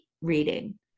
reading